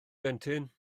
blentyn